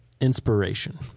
inspiration